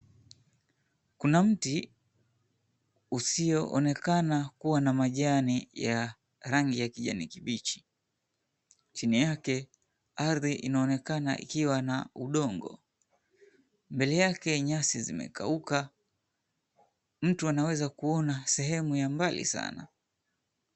Kuna mti, usioonekana kuwa na majani ya rangi ya kijani kibichi. Chini yake, ardhi inaonekana ikiwa na dongo. Mbele yake, nyasi zimekauka, mtu anaweza kuona sehemu ya mbali sana.